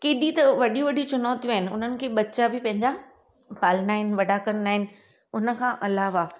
केॾी त वॾी वॾी चुनौतियूं आहिनि उन्हनि खे बच्चा बि पंहिंजा पालना आहिनि वॾा करना आहिनि उनखां अलावा